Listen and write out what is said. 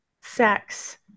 sex